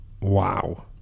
Wow